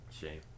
shame